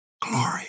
glory